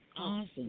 awesome